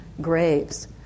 graves